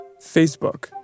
Facebook